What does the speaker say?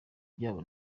byabo